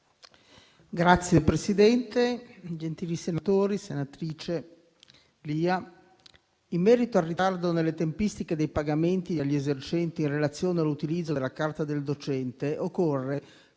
Signor Presidente, onorevoli senatori e senatrici, in merito al ritardo nelle tempistiche dei pagamenti agli esercenti in relazione all'utilizzo della Carta del docente, occorre